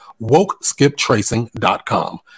Wokeskiptracing.com